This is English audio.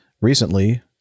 recently